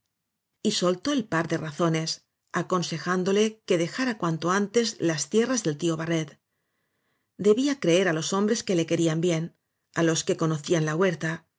soltó el par de razones aconsejándole que dejara cuanto antes las tierras del tío ba rret debía creer á los hombres que le querían bien á los que conocían la huerta